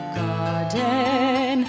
garden